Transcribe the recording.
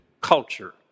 Culture